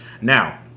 Now